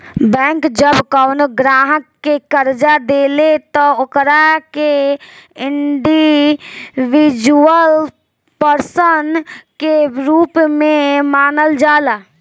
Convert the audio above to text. bank जब कवनो ग्राहक के कर्जा देले त ओकरा के इंडिविजुअल पर्सन के रूप में मानल जाला